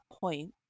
point